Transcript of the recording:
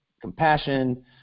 compassion